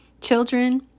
Children